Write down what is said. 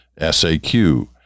SAQ